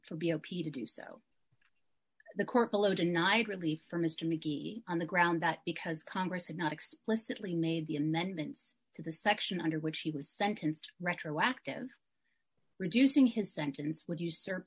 for b o p to do so the court below denied relief for mr mcgee on the ground that because congress had not explicitly made the amendments to the section under which he was sentenced retroactive reducing his sentence would you serve